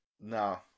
No